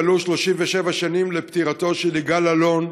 מלאו 37 שנים לפטירתו של יגאל אלון,